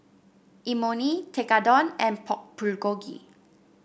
Imoni Tekkadon and Pork Bulgogi